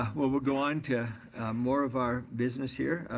um we'll we'll go onto more of our business here.